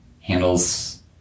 handles